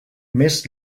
més